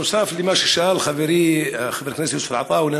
נוסף למה ששאל חברי חבר הכנסת יוסף עטאונה